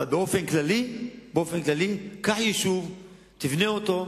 אבל באופן כללי, קח יישוב, תבנה אותו,